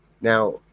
Now